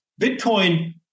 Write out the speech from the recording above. Bitcoin